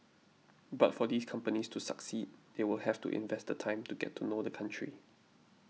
but for these companies to succeed they will have to invest the time to get to know the country